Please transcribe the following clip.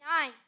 Nine